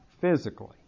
physically